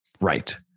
Right